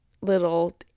little